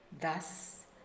Thus